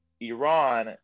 Iran